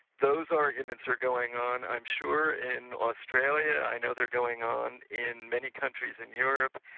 those arguments are going on i'm sure in australia, i know they're going on in many countries in europe,